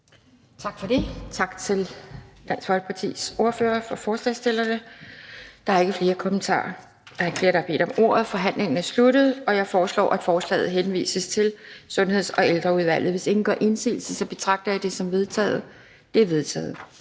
Tak for det. Tak til ordføreren for forslagsstillerne fra Dansk Folkeparti. Der er ikke flere, der har bedt om ordet, og derfor er forhandlingen sluttet. Jeg foreslår, at forslaget henvises til Sundheds- og Ældreudvalget. Hvis ingen gør indsigelse, betragter jeg det som vedtaget. Det er vedtaget.